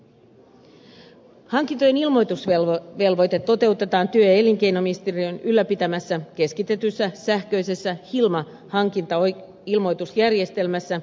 hankintojen ilmoitusvelvoite toteutetaan työ ja elinkeinoministeriön ylläpitämässä keskitetyssä sähköisessä hilma hankintailmoitusjärjestelmässä